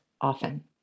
Often